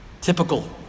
Typical